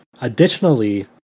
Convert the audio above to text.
Additionally